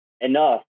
enough